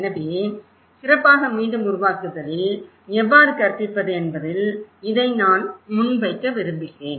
எனவே சிறப்பாக மீண்டும் உருவாக்குதலில் எவ்வாறு கற்பிப்பது என்பதில் இதை நான் முன்வைக்க விரும்புகிறேன்